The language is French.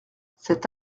cet